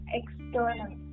external